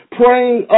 praying